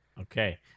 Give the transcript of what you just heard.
Okay